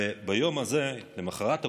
ביום הזה, למוחרת הקורונה,